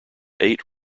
eight